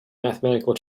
mathematical